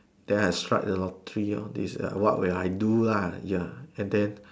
then I strike the lottery lor these are what I would do lah then